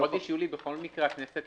אני חושב שהכנסת